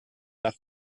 nach